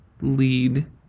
lead